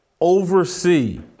oversee